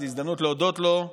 וזו הזדמנות להודות לו.